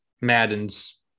madden's